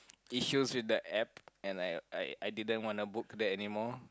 issues with the App and I I I didn't want to book there anymore